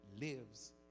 lives